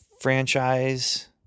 franchise